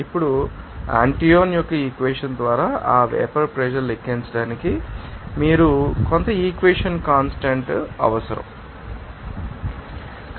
ఇప్పుడు ఆంటోయిన్ యొక్క ఈక్వెషన్ ద్వారా ఆ వేపర్ ప్రెషర్ లెక్కించడానికి మీరు కొంత ఈక్వేషన్ కాన్స్టాంట్ అవసరం